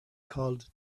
called